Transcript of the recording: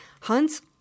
hunts